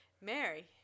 Mary